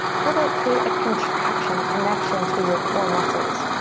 try to create a contraction, a connection to your core muscles,